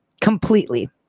completely